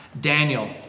Daniel